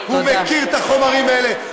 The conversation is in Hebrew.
הוא מכיר את החומרים האלה.